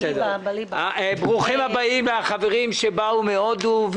ש --- ברוכים הבאים לחברים שבאו מהודו,